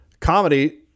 comedy